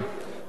בבקשה.